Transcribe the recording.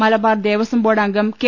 Malabar Devaswom board അംഗം K